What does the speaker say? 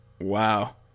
Wow